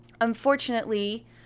unfortunately